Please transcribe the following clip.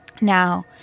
Now